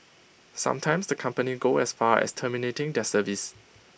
sometimes the company go as far as terminating their service